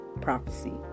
Prophecy